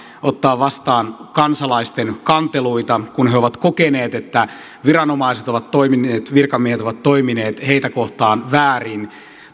ottaa vastaan kansalaisten kanteluita kun he ovat kokeneet että viranomaiset ovat toimineet virkamiehet ovat toimineet heitä kohtaan väärin